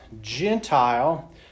Gentile